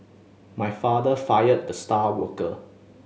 my father fired the star worker